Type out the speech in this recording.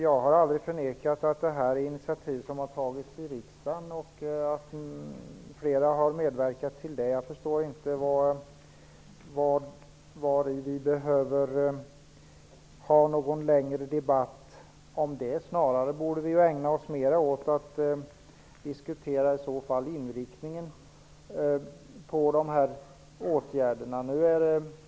Jag har aldrig förnekat att initiativen har tagits i riksdagen och att flera partier har medverkat till det. Jag förstår inte varför vi behöver ha en lång debatt om det. Vi borde snarare ägna oss åt att diskutera inriktningen på åtgärderna.